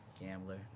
Gambler